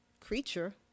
creature